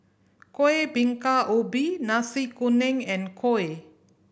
Kuih Bingka Ubi Nasi Kuning and kuih